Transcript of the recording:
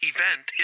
Event